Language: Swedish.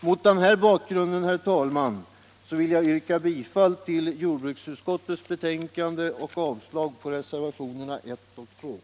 Mot denna bakgrund, herr talman, vill jag yrka bifall till jordbruksutskottets hemställan och avslag på reservationerna 1 och 2.